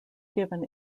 given